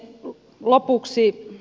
lopuksi